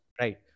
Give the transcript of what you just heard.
right